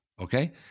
Okay